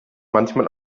manchmal